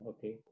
Okay